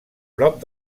prop